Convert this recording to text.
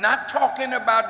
not talking about